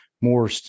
more